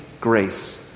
grace